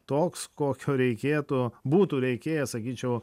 toks kokio reikėtų būtų reikėję sakyčiau